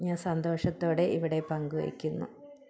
ഞാൻ സന്തോഷത്തോടെ ഇവിടെ പങ്കുവെയ്ക്കുന്നു